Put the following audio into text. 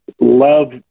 love